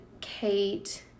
Kate